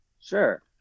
sure